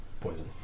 poison